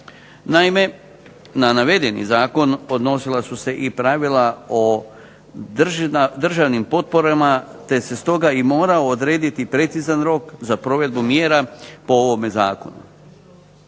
Naime, na navedeni zakon odnosila su se i pravila o državnim potporama, te se stoga i morao odrediti precizan rok za provedbu mjera po ovome zakonu.